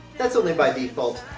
that's only by default.